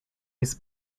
his